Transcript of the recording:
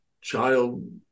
child